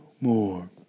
more